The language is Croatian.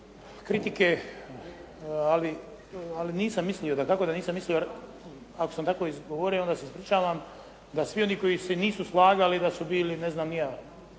kritike, ali nisam mislio, dakako da nisam mislio, ako sam tako izgovorio onda se ispričavam da svi oni koji se nisu slagali da su bili, ne znam ni ja.